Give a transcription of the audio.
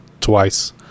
twice